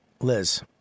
Liz